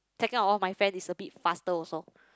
second of all my friend is a bit faster also